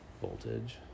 Voltage